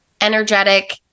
Energetic